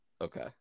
Okay